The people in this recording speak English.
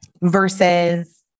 versus